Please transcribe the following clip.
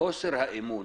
חוסר האמון